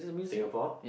Singapore